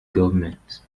government